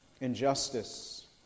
injustice